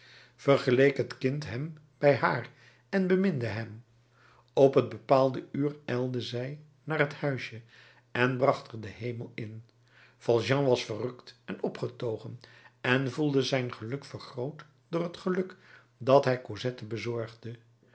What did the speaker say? vergeleek het kind hem bij haar en beminde hem op het bepaalde uur ijlde zij naar het huisje en bracht er den hemel in valjean was verrukt en opgetogen en voelde zijn geluk vergroot door het geluk dat hij cosette bezorgde